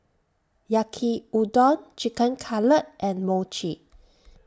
Yaki Udon Chicken Cutlet and Mochi